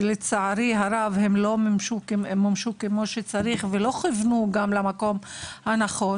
שלצערי הרב לא מומשו כמו שצריך וגם לא כוונו למקום הנכון.